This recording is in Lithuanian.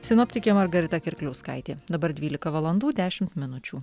sinoptikė margarita kirkliauskaitė dabar dvylika valandų dešimt minučių